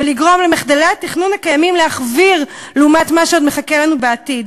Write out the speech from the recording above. לגרום למחדלי התכנון הקיימים להחוויר לעומת מה שעוד מחכה לנו בעתיד.